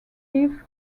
eve